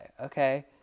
okay